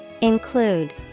Include